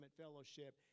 fellowship